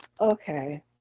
okay